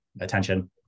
attention